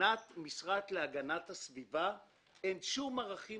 מבחינת המשרד להגנת הסביבה אין שום ערכים